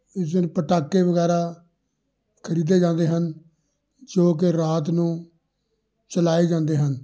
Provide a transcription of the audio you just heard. ਇਸ ਦਿਨ ਪਟਾਕੇ ਵਗੈਰਾ ਖਰੀਦੇ ਜਾਂਦੇ ਹਨ ਜੋ ਕਿ ਰਾਤ ਨੂੰ ਚਲਾਏ ਜਾਂਦੇ ਹਨ